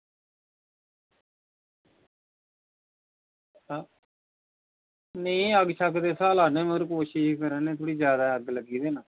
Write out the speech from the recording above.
नेईं स्हाला करने आं ते कोशिश कराने पर अग्ग जादै लग्गी दी ना